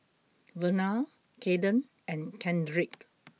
Vernal Kayden and Kendrick